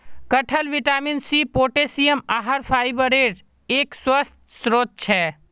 कटहल vitamin C, potassium, आहार फाइबरेर एक स्वस्थ स्रोत छे